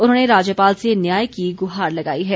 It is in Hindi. उन्होंने राज्यपाल से न्याय की गुहार लगाई है